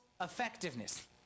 effectiveness